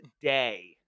day